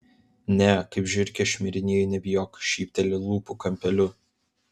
ne kaip žiurkė šmirinėju nebijok šypteli lūpų kampeliu